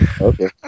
Okay